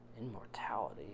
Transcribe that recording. Immortality